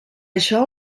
això